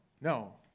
No